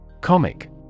Comic